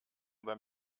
beim